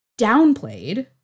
downplayed